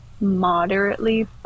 moderately